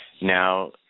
Now